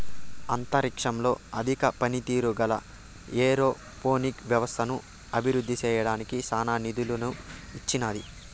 అంతరిక్షంలో అధిక పనితీరు గల ఏరోపోనిక్ వ్యవస్థను అభివృద్ధి చేయడానికి నాసా నిధులను ఇచ్చినాది